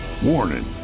Warning